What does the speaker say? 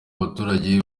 abaturage